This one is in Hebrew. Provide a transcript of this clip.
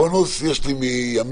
את הבונוס יש לי מימינה.